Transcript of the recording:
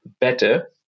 better